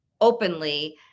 openly